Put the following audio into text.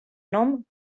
nom